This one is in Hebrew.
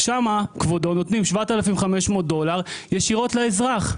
שם, כבודו, נותנים 7,500$ ישירות לאזרח.